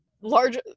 large